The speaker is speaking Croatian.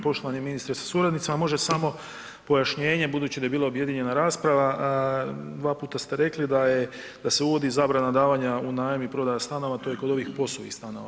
Poštovani ministre sa suradnicima, može samo pojašnjenje budući da je bila objedinjena rasprava, dva puta ste rekli da se uvodi zabrana davanja u najam i prodaja stanova, to je kod ovih POS-ovih stanova.